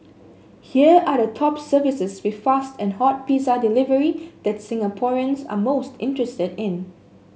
here are the top services with fast and hot pizza delivery that Singaporeans are most interested in